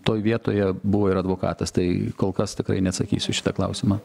toj vietoje buvo ir advokatas tai kol kas tikrai neatsakysiu į šitą klausimą